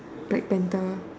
black panther